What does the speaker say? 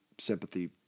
sympathy